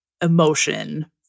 emotion